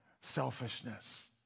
selfishness